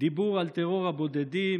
דיבור על טרור הבודדים,